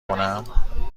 کنم